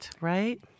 right